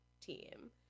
team